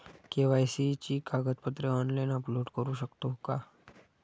KYC ची कागदपत्रे online upload करू शकतो का?